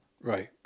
Right